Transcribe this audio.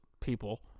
people